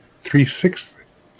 three-sixths